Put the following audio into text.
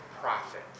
profit